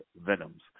venoms